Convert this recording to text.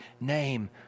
name